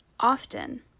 Often